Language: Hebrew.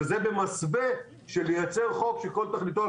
וזה במסווה של לייצר חוק שכל תכליתו כל